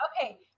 Okay